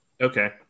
Okay